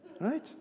Right